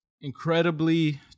incredibly